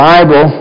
Bible